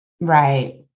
Right